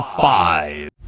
five